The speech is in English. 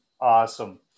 awesome